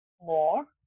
more